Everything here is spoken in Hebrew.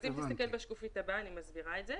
אם תסתכל בשקף הבא, אני מסבירה את זה.